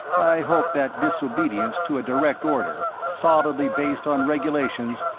i hoped that disobedience to a direct order, solidly based on regulations,